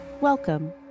Welcome